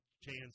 chance